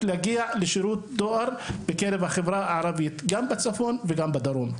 להגיע לשירות דואר בקרב החברה הערבית גם בצפון וגם בדרום.